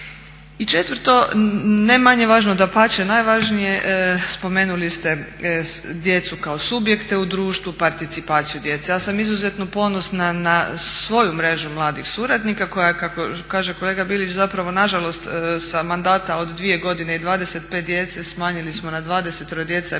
I četvrto, ne manje važno, dapače najvažnije, spomenuli ste djecu kao subjekte u društvu, participaciju djece. Ja sam izuzetno ponosna na svoju mrežu mladih suradnika koja je kako kaže kolega Bilić zapravo nažalost sa mandata od 2 godine i 25 djece smanjili smo na 20 djece